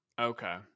Okay